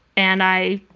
and i.